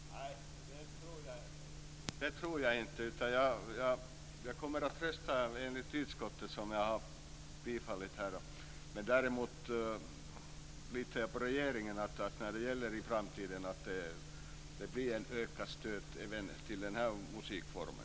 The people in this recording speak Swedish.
Herr talman! Nej, det tror jag inte. Jag kommer att rösta enligt utskottets hemställan, som jag har yrkat bifall till. Däremot litar jag på regeringen när det gäller att det i framtiden blir ett ökat stöd även till den här musikformen.